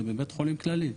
זה בבית חולים כללי.